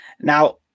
Now